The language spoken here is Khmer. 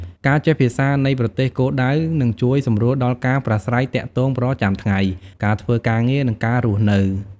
ការចេះភាសានៃប្រទេសគោលដៅនឹងជួយសម្រួលដល់ការប្រាស្រ័យទាក់ទងប្រចាំថ្ងៃ ការធ្វើការងារ និងការរស់នៅ។